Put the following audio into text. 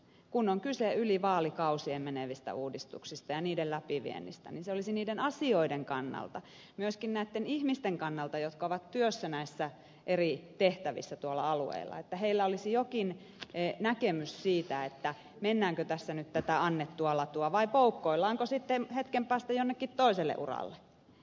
kun on kyse yli vaalikausien menevistä uudistuksista ja niiden läpiviennistä niin se olisi tärkeää niiden asioiden kannalta ja myöskin näitten ihmisten kannalta jotka ovat työssä näissä eri tehtävissä tuolla alueilla niin että heillä olisi jokin näkemys siitä mennäänkö tässä tätä annettua latua vai poukkoillaanko sitten hetken päästä jonnekin toiselle uralle